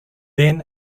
then